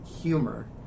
humor